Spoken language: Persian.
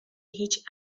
هیچ